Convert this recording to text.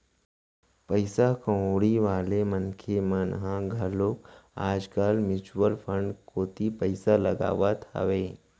पइसा कउड़ी वाले मनखे मन ह घलोक आज कल म्युचुअल फंड कोती पइसा लगात हावय